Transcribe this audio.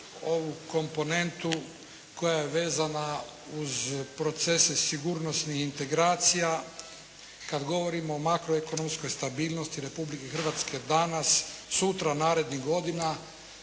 ovu komponentu koja je vezana uz procese sigurnosnih integracija kada govorimo o makroekonomskoj stabilnosti Republike Hrvatske danas, sutra, narednih godina.